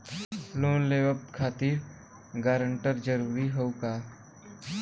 Loan लेवब खातिर guarantor जरूरी हाउ का?